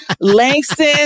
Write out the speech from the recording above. Langston